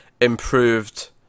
improved